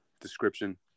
description